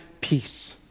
peace